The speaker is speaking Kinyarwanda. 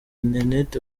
internet